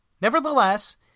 Nevertheless